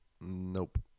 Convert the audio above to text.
Nope